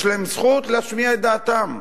יש להם זכות להשמיע את דעתם,